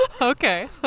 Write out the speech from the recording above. okay